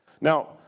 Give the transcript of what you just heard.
Now